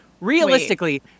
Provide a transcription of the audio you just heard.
realistically